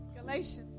Galatians